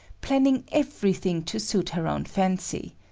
planning everything to suit her own fancy.